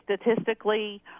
statistically